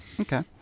Okay